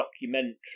documentary